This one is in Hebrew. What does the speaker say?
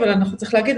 אבל צריך להגיד,